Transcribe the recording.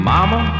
Mama